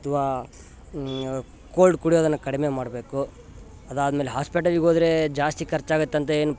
ಅಥವಾ ಕೋಲ್ಡ್ ಕುಡಿಯೋದನ್ನು ಕಡಿಮೆ ಮಾಡಬೇಕು ಅದಾದ್ಮೇಲೆ ಹಾಸ್ಪೇಟಲಿಗೋದರೆ ಜಾಸ್ತಿ ಖರ್ಚಾಗುತ್ತಂತ ಏನು